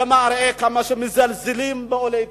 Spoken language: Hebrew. זה מראה כמה שמזלזלים בעולי אתיופיה.